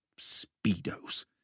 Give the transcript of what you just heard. speedos